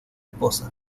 esposa